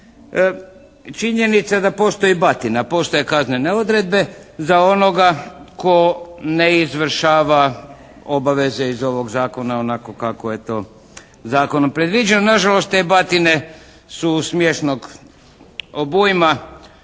činjenica da postoji batina. Postoje kaznene odredbe za onoga tko ne izvršava obaveze iz ovoga zakona onako kako je to zakonom predviđeno. Nažalost, te batine su smiješnog obujma.